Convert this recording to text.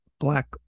Black